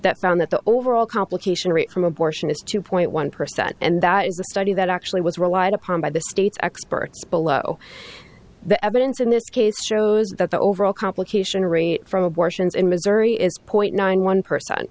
that found that the overall complication rate from abortion is two point one percent and that is the study that actually was relied upon by the state's experts below the evidence in this case shows that the overall complication rate from abortions in missouri is point nine one person